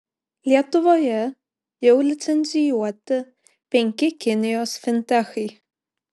lietuvoje jau licencijuoti penki kinijos fintechai